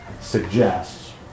suggests